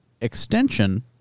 extension